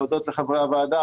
להודות לחברי הוועדה,